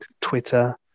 Twitter